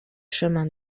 chemin